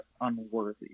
unworthy